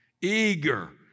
eager